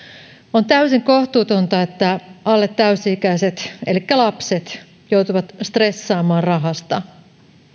on täysin kohtuutonta että alle täysi ikäiset elikkä lapset joutuvat stressaamaan rahasta